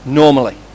normally